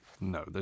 no